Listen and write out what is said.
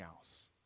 else